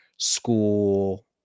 school